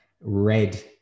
red